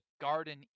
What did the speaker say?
garden